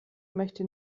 möchte